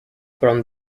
from